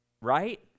right